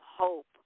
hope